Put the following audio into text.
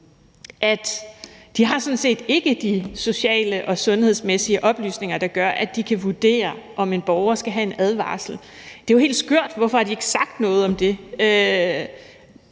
ikke har de sociale og sundhedsmæssige oplysninger, der gør, at de kan vurdere, om en borger skal have en advarsel, er jo helt skørt – hvorfor har de ikke sagt noget om det?